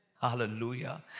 Hallelujah